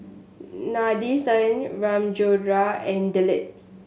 Nadesan Ramchundra and Dilip